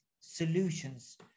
solutions